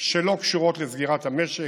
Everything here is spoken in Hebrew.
שלא קשורות לסגירת המשק.